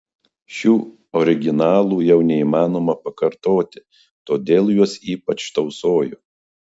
šių originalų jau neįmanoma pakartoti todėl juos ypač tausoju